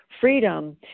freedom